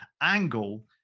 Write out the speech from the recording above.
angle